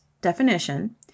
definition